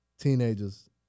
Teenagers